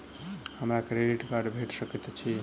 हमरा credit card भेट सकैत अछि?